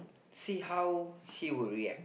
see how she would react